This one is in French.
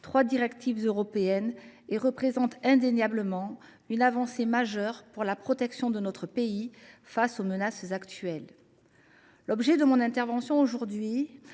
trois directives européennes, représente indéniablement une avancée majeure pour la protection de notre pays face aux menaces actuelles. Nous devons saisir cette occasion pour